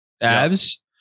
abs